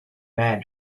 man